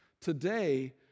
today